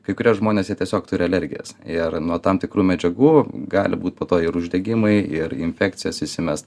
kai kurie žmonės jie tiesiog turi alergijas ir nuo tam tikrų medžiagų gali būt po to ir uždegimai ir infekcijos įsimest